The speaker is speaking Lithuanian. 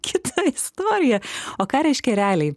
kita istorija o ką reiškia realiai